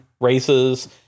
races